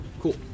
Cool